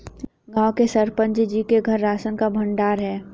गांव के सरपंच जी के घर राशन का भंडार है